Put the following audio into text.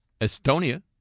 estonia